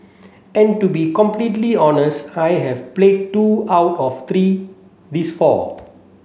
and to be completely honest I have played two out of three these four